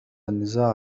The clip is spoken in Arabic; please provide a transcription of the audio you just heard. النزاع